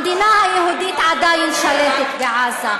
המדינה היהודית עדיין שלטת בעזה,